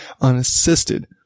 unassisted